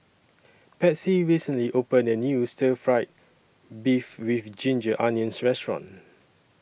Patsy recently opened A New Stir Fry Beef with Ginger Onions Restaurant